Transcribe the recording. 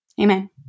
Amen